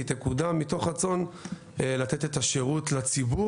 היא תקודם מתוך רצון לתת את השירות לציבור